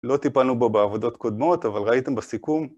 לא טיפלנו בו בעבודות קודמות, אבל ראיתם בסיכום.